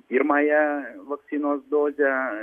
pirmąją vakcinos dozę